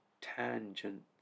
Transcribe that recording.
tangent